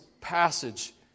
passage